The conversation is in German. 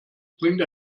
bringt